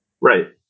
Right